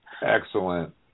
Excellent